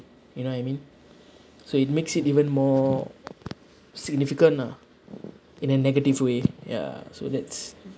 you know I mean so it makes it even more significant lah in a negative way ya so that's